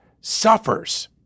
suffers